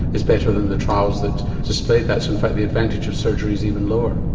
is better than the trials that displayed that, so in fact the advantage of surgery is even lower.